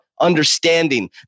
understanding